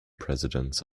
presidents